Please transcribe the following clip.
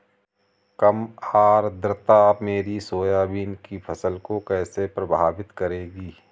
कम आर्द्रता मेरी सोयाबीन की फसल को कैसे प्रभावित करेगी?